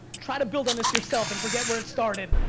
try to build on this yourself and forget where it started.